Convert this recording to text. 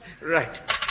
Right